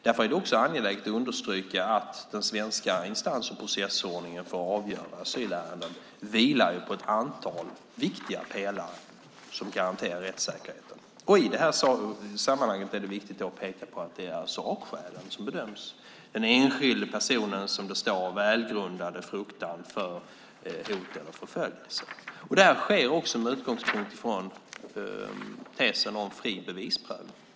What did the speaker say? Därför är det angeläget att understryka att den svenska instans och processordningen för att avgöra asylärenden vilar på ett antal viktiga pelare som garanterar rättssäkerheten. I det här sammanhanget är det viktigt att peka på att det är sakskälen som bedöms, den enskilde personens, som det står, välgrundade fruktan för hot eller förföljelse. Det sker med utgångspunkt i tesen om fri bevisprövning.